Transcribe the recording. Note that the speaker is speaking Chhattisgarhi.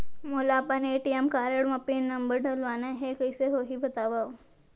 मोला अपन ए.टी.एम कारड म पिन नंबर डलवाना हे कइसे होही बतावव?